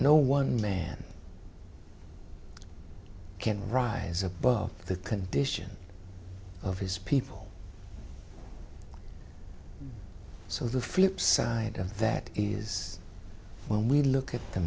no one man can rise above the condition of his people so the flipside of that is when we look at the